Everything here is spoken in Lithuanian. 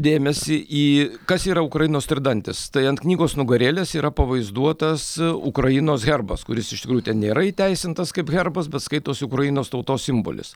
dėmesį į kas yra ukrainos tridantis tai ant knygos nugarėlės yra pavaizduotas ukrainos herbas kuris iš tikrųjų ten nėra įteisintas kaip herbas bet skaitosi ukrainos tautos simbolis